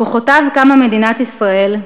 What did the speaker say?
מכוחותיו קמה מדינת ישראל,